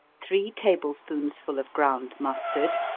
three table spoonsful of ground mustard,